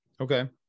Okay